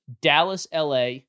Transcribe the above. Dallas-LA